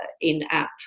in-app